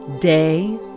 day